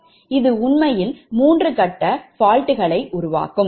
இது உண்மையில் மூன்று கட்ட fault களை உருவாக்கும்